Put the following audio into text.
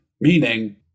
meaning